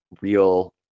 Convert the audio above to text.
real